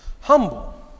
humble